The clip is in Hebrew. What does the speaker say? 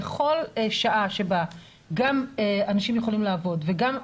כל שעה שבה גם אנשים יכולים לעבוד וגם ציבור,